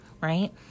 right